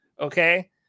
okay